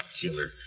killer